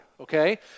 Okay